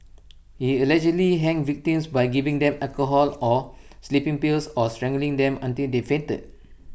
he allegedly hanged victims by giving them alcohol or sleeping pills or strangling them until they fainted